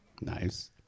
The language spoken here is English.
Nice